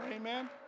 Amen